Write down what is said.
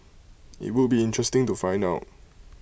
IT would be interesting to find out